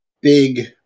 big